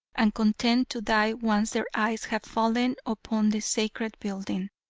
and content to die once their eyes have fallen upon the sacred building.